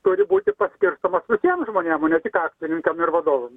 turi būti paskirstomas visiem žmonėm o ne tik akcininkam ir vadovam